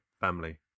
family